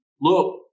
look